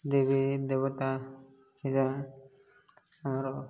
ଦେବୀ ଦେବତା ଆମର